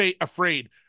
afraid